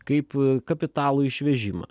kaip kapitalo išvežimą